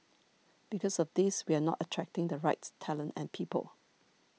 because of this we are not attracting the right talent and people